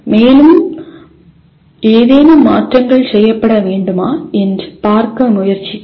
மேலும் ஏதேனும் மாற்றங்கள் செய்யப்பட வேண்டுமா என்று பார்க்க முயற்சித்தது